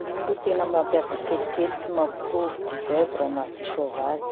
Ino ro tena mampiavaky kelikely tsy mampitovy ty zebra noho ty soavaly?